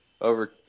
over